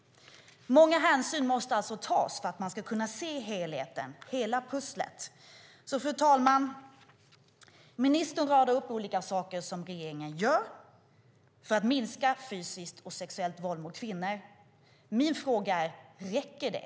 Många hänsyn måste alltså tas för att man ska kunna se helheten, hela pusslet. Fru talman! Ministern radar upp olika saker som regeringen gör för att minska fysiskt och sexuellt våld mot kvinnor. Min fråga är: Räcker det?